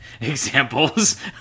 examples